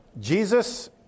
Jesus